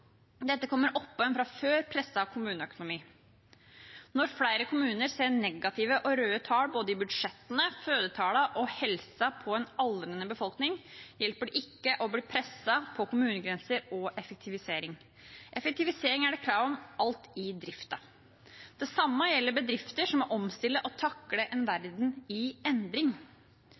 og pandemien pågår ennå. Dette kommer oppå en fra før presset kommuneøkonomi. Når flere kommuner ser negative og røde tall i både budsjettene, fødetallene og helsen til en aldrende befolkning, hjelper det ikke å bli presset på kommunegrenser og effektivisering. Effektivisering er det alt krav om i driften. Det samme gjelder bedrifter som må omstille og takle en verden i endring.